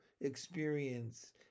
experience